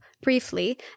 briefly